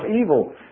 evil